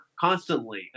constantly